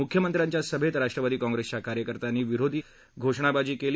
मुख्यमंत्र्यांच्या सभेत राष्ट्रवादी काँप्रेसच्या कार्यकर्त्यांनी विरोधी घोषणाबाजी केली